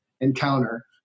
encounter